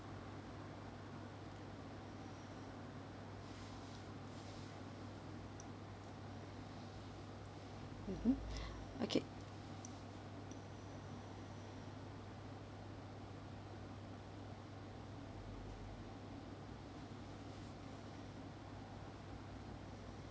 mmhmm okay